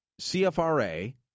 CFRA